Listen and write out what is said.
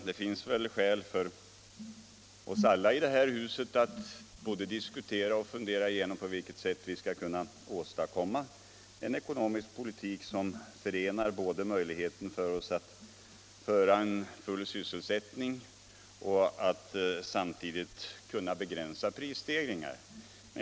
Det finns väl skäl för oss alla i det här huset att både diskutera igenom och fundera närmare över på vilket sätt vi skall kunna åstadkomma en ekonomisk politik som förenar möjligheten för oss att föra en fullsysselsättningspolitik och samtidigt begränsa prisstegringarna.